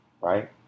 right